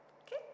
Okay